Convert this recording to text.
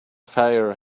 fire